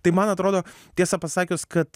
tai man atrodo tiesą pasakius kad